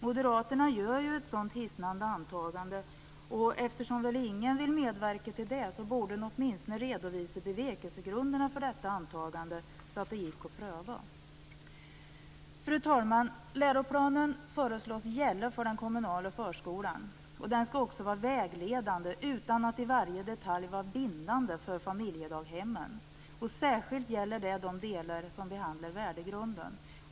Moderaterna gör ju ett sådant hisnande antagande. Eftersom ingen väl vill medverka till det borde de åtminstone redovisa bevekelsegrunderna för detta antagande så att det gick att pröva. Fru talman! Läroplanen föreslås gälla för den kommunala förskolan. Den skall också vara vägledande, utan att i varje detalj vara bindande, för familjedaghemmen. Särskilt gäller det de delar som behandlar värdegrunden.